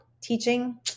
teaching